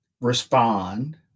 respond